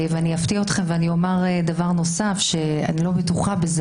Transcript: אני אפתיע אתכם ואומר דבר נוסף אני לא בטוחה בזה